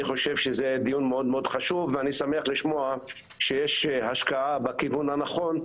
חושב שזה דיון מאוד מאוד חשוב ואני שמח לשמוע שיש השקעה בכיוון הנכון,